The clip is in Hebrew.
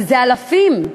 שזה אלפים,